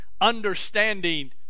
understanding